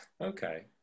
okay